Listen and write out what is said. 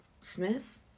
Smith